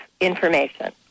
information